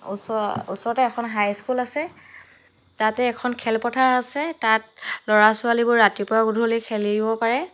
ওচৰ ওচৰতে এখন হাই স্কুল আছে তাতে এখন খেলপথাৰ আছে তাত ল'ৰা ছোৱালীবোৰ ৰাতিপুৱা গধূলি খেলিব পাৰে